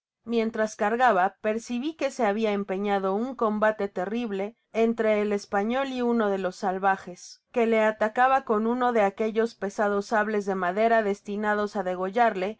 mientras cargaba percibi que se habia empeñado un combate terrible entre el español y uno de los salvajes que le atacaba con uno de aquellos pesados sables de madera destinados á degollarle